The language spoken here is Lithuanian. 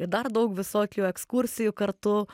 į dar daug visokių ekskursijų kartu